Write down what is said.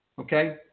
Okay